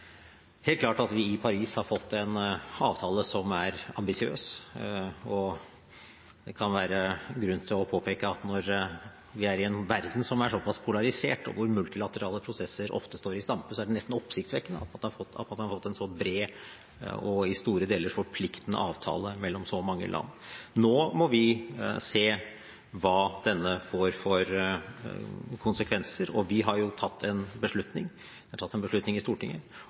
er helt klart at vi i Paris har fått en avtale som er ambisiøs, og det kan være grunn til å påpeke at det i en verden som er så pass polarisert, hvor multilaterale prosesser ofte står i stampe, er nesten oppsiktsvekkende at man har fått en så bred og i store deler forpliktende avtale mellom så mange land. Nå må vi se hvilke konsekvenser den får. Vi har tatt en beslutning i Stortinget